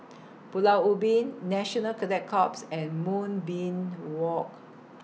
Pulau Ubin National Cadet Corps and Moonbeam Walk